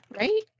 right